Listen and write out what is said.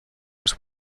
muss